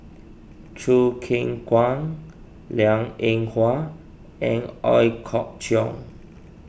Choo Keng Kwang Liang Eng Hwa and Ooi Kok Chuen